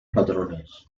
patrones